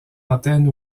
antenne